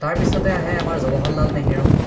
তাৰপিছতে আহে আমাৰ জৱাহৰলাল নেহেৰু